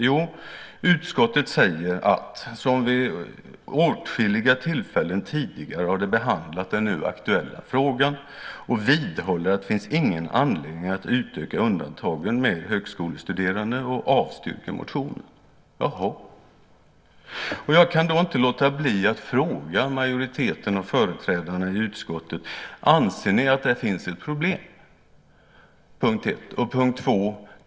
Jo, utskottet säger: Utskottet, som vid åtskilliga tillfällen tidigare har behandlat den nu aktuella frågan, vidhåller att det inte finns någon anledning att utöka undantagen med högskolestuderande och avstyrker motionen. Jaha. Jag kan då inte låta bli att fråga majoriteten och företrädarna i utskottet: 1. Anser ni att det finns ett problem? 2.